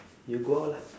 you go out lah